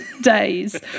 days